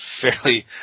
fairly